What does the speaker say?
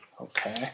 Okay